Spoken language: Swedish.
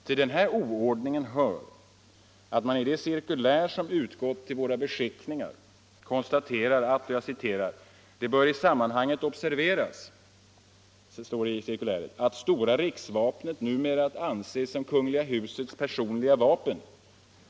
Till denna oordning hör att man i det cirkulär som utgått till våra beskickningar konstaterar att ”det bör i sammanhanget observeras att stora riksvapnet numera är att anse som det Kungl. Husets personliga vapen.